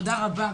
תודה רבה.